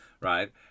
Right